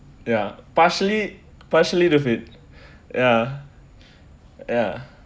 ya partially partially love it ya ya